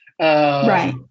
Right